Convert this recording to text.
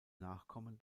nachkommen